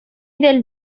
del